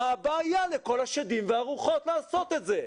מה הבעיה לכל השדים והרוחות לעשות את זה?